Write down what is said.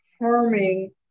harming